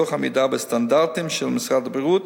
תוך עמידה בסטנדרטים של משרד הבריאות